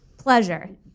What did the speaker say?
pleasure